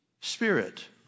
spirit